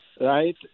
right